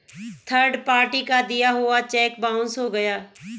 third party का दिया हुआ चेक बाउंस हो गया